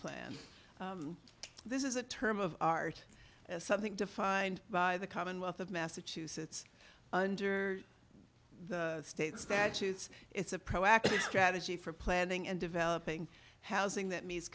plan this is a term of art something defined by the commonwealth of massachusetts under the state statutes it's a proactive strategy for planning and developing housing that means